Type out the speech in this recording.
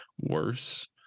worse